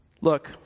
Look